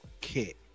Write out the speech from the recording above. kit